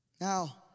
Now